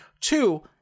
Two